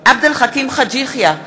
עבד אל חכים חאג' יחיא,